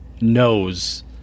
knows